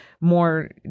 more